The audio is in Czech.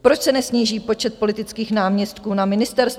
Proč se nesníží počet politických náměstků na ministerstvech?